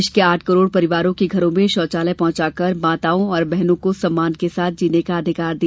देश के आठ करोड परिवारों के घरों में शोचालय पहुंचाकर माताओं और बहनों को सम्मान के साथ जीने का अधिकार दिया